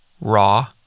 Raw